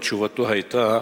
ותשובתו היתה: